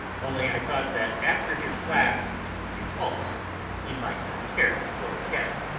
only i thought that after his last repulse he might not care to go again.